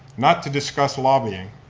not to discuss lobbying,